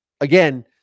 again